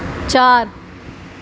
چار